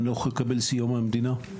אני לא יכול לקבל סיוע מן המדינה.